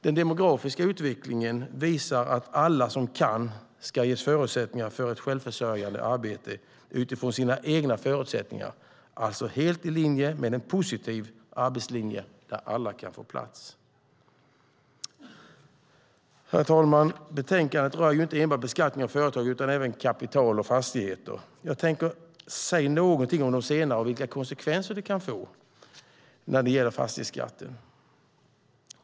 Den demografiska utvecklingen visar att alla som kan ska ges förutsättningar för ett självförsörjande arbete utifrån de egna förutsättningarna, alltså helt i linje med en positiv arbetslinje där alla kan få plats. Herr talman! Betänkandet rör ju inte enbart beskattning av företag utan även kapital och fastigheter. Jag tänker säga någonting om de senare och vilka konsekvenser fastighetsskatten kan få.